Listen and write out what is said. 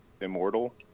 immortal